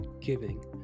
giving